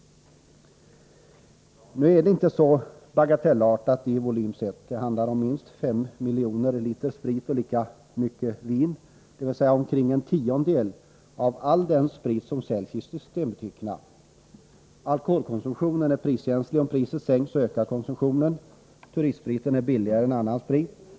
Det är emellertid inte så bagatellartat. I volym mätt handlar det om minst 5 miljoner liter sprit och lika mycket vin, dvs. omkring en tiondel av all den sprit som säljs i systembutikerna. Alkoholkonsumtionen är priskänslig: om priset sänks så ökar konsumtionen. Turistspriten är billigare än annan sprit.